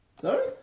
Sorry